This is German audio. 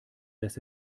dass